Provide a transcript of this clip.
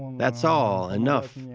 that's all, enough,